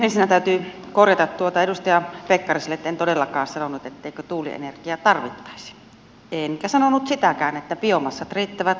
ensinnä täytyy korjata edustaja pekkariselle että en todellakaan sanonut etteikö tuulienergiaa tarvittaisi enkä sanonut sitäkään että biomassat riittävät loputtomiin